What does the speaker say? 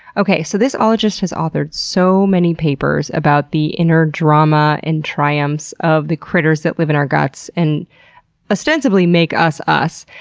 okay, so this ologist has authored so many papers about the inner drama and triumphs of the critters that live in our guts and ostensibly make us, us.